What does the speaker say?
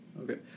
Okay